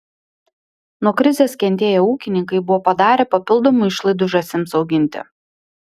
nuo krizės kentėję ūkininkai buvo padarę papildomų išlaidų žąsims auginti